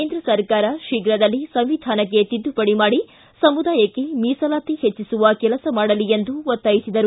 ಕೇಂದ್ರ ಸರ್ಕಾರ ಶೀಘ್ರದಲ್ಲೇ ಸಂವಿಧಾನಕ್ಕೆ ತಿದ್ದುಪಡಿ ಮಾಡಿ ಸಮುದಾಯಕ್ಕೆ ಮೀಸಲಾತಿ ಹೆಚ್ಚಿಸುವ ಕೆಲಸ ಮಾಡಲಿ ಎಂದು ಒತ್ತಾಯಿಸಿದರು